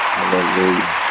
Hallelujah